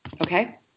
Okay